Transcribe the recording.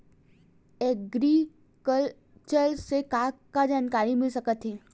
Agriculture से का का जानकारी मिल सकत हे?